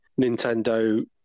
Nintendo